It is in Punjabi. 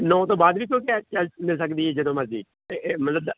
ਨੌਂ ਤੋਂ ਬਾਅਦ ਵੀ ਕੋਈ ਕੈਬ ਚੱਲ ਮਿਲ ਸਕਦੀ ਜਦੋਂ ਮਰਜ਼ੀ ਇਹ ਇਹ ਮਤਲਬ